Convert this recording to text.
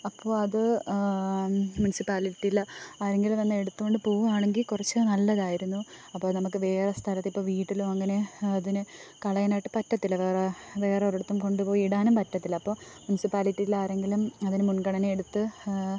അപ്പോൾ അത് മുന്സിപ്പാലിറ്റിയിലെ ആരെങ്കിലും വന്ന് എടുത്തുകൊണ്ട് പോവുകയാണെങ്കിൽ കുറച്ച് നല്ലതായിരുന്നു അപ്പം നമുക്ക് വേറെ സ്ഥലത്ത് ഇപ്പം വീട്ടിലോ അങ്ങനെ അതിന് കളയാനായിട്ട് പറ്റത്തില്ല വേറെ വേറൊരു ഇടത്തും കൊണ്ട് പോയി ഇടാനും പറ്റത്തില്ല അപ്പോൾ മുന്സിപ്പാലിറ്റിയിലെ ആരെങ്കിലും അതിന് മുന്ഗണനയെടുത്ത്